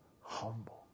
humble